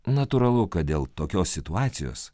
natūralu kad dėl tokios situacijos